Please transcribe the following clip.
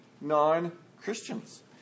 non-Christians